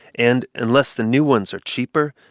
and unless the new ones are cheaper,